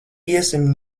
iesim